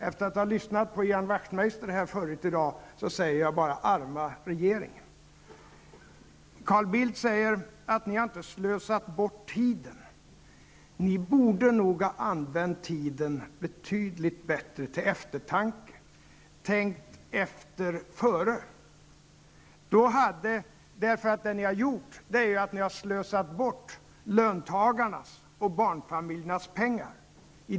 Efter att ha lyssnat på Ian Wachtmeister här förut i dag, säger jag bara: Arma regering. Carl Bildt säger att ni inte har slösat bort tiden. Ni borde nog ha använt tiden betydligt bättre. Till eftertanke. Tänkt efter före. Ni har slösat bort löntagarnas och barnfamiljernas pengar.